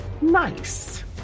Nice